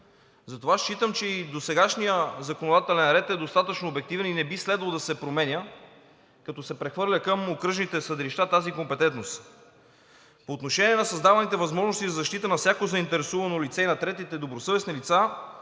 Затова считам, че и досегашният законодателен ред е достатъчно обективен и не би следвало да се променя, като се прехвърля към окръжните съдилища тази компетентност. По отношение на създаваните възможности за защита на всяко заинтересовано лице и на третите добросъвестни лица